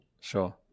sure